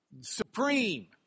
Supreme